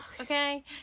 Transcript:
Okay